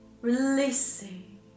Releasing